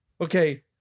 Okay